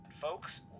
folks